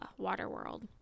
Waterworld